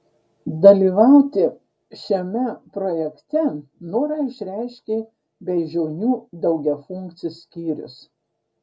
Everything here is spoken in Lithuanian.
dalyvauti šiame projekte norą išreiškė beižionių daugiafunkcis skyrius